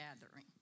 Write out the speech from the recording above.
gathering